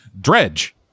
dredge